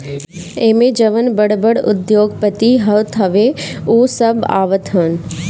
एमे जवन बड़ बड़ उद्योगपति होत हवे उ सब आवत हवन